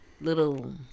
little